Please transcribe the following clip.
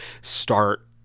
start